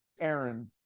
Aaron